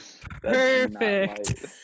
perfect